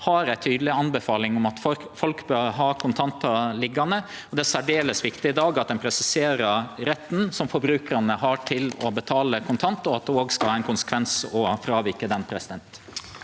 har ei tydeleg anbefaling om at folk bør ha kontantar liggjande. Det er særdeles viktig i dag at ein presiserer retten forbrukarane har til å betale med kontantar, og at det skal ha ein konsekvens å fråvike han. Presidenten